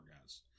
guys